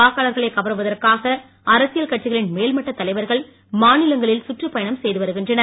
வாக்களர்களை கவருவதற்காக அரசியல் கட்சிகளின் மேல்மட்டத் தலைவர்கள் மாநிலங்களில் சுற்றுப் பயணம் செய்து வருகின்றனர்